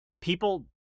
people